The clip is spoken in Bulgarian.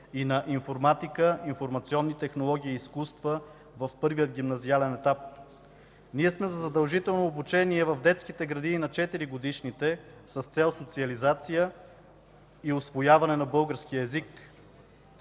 и на информатика, информационни технологии и изкуства в първия гимназиален етап. Ние сме за задължително обучение в детските градини на 4-годишните с цел социализация и усвояване на българския език.